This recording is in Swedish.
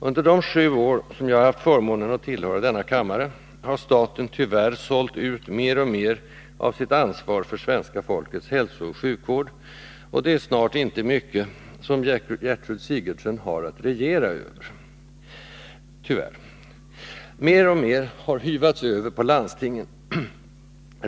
Under de sju år som jag har haft förmånen att tillhöra denna kammare har staten tyvärr sålt ut mer och mer av sitt ansvar för svenska folkets hälsooch sjukvård. Det är snart inte mycket som Gertrud Sigurdsen har att regera över, tyvärr. Mer och mer har hyvats över på landstingen.